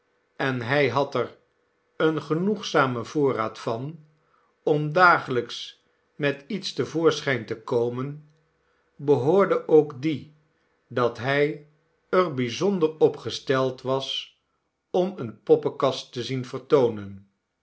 en hij had er een genoegzamen voorraad van om dagelijks met iets te voorschijn te komen behoorde ook die dat hij er bijzonder op gesteld was om eene poppenkast te zien vertoonen